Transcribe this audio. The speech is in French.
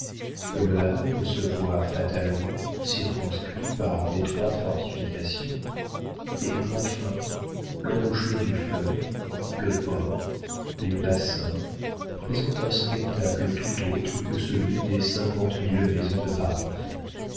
que le havre se voit fatalement circonscrit par d'étroites fortifications et qu'enfin l'embouchure du fleuve le port les bassins présentent un spectacle tout autre que celui des cinquante mille maisons de paris